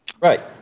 Right